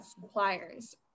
suppliers